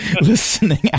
Listening